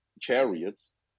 chariots